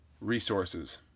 resources